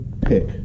pick